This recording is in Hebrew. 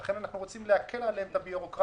לכן אנחנו רוצים להקל עליהם את הבירוקרטיה.